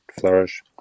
flourish